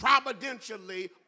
providentially